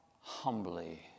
humbly